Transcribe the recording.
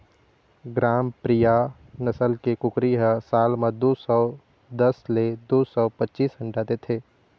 ग्रामप्रिया नसल के कुकरी ह साल म दू सौ दस ले दू सौ पचीस अंडा देथे